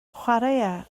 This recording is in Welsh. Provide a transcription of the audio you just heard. chwaraea